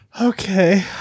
okay